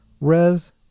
res